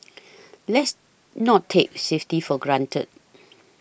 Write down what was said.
let's not take safety for granted